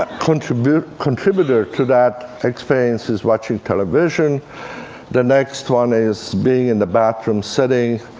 ah contributor contributor to that experience is watching television the next one is being in the bathroom, sitting.